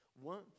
One